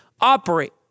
operate